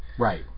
Right